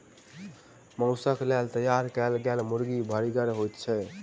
मौसक लेल तैयार कयल गेल मुर्गी भरिगर होइत छै